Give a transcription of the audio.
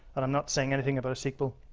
but i'm not saying anything about a sequel.